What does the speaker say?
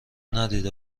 ندیده